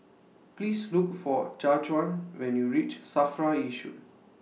Please Look For Jajuan when YOU REACH SAFRA Yishun